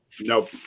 Nope